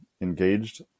engaged